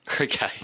Okay